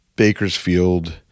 Bakersfield